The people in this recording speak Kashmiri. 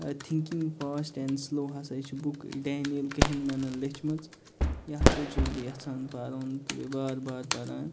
تھِنٛکِنٛگ فاسٹ اینٛڈ سُلو ہسا چھِ بُک ڈینایِل کہِنمینَن لیٚچھمٕژ یہِ ہسا چھُس بہٕ یژھان پَرُن تہٕ بیٚیہِ بار بار پَران